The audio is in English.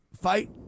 fight